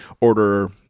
order